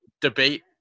debate